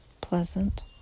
pleasant